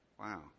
Wow